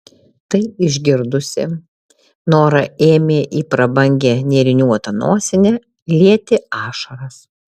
tai išgirdusi nora ėmė į prabangią nėriniuotą nosinę lieti ašaras